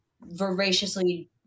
voraciously